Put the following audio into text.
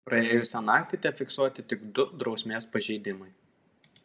praėjusią naktį tefiksuoti tik du drausmės pažeidimai